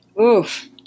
Oof